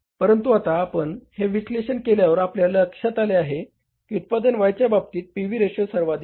परंतु आता आपण हे विश्लेषण केल्यावर आपल्या लक्षात आले आहे की उत्पादन Y च्या बाबतीत पी व्ही रेशो सर्वाधिक आहे